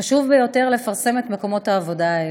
חשוב ביותר לפרסם את מקומות העבודה האלה.